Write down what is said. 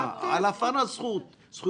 אני אעשה את הגילוי הנאות היותר חשוב,